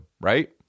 right